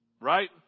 Right